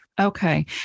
Okay